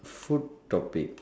food topic